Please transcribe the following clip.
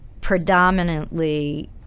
predominantly